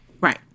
Right